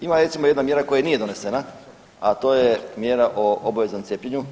Ima recimo jedna mjera koja nije donesena, a to je mjera o obaveznom cijepljenju.